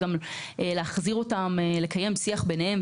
הוא גם יוכל להחזיר אותם לקיים שיח ביניהם,